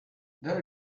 there